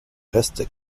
restes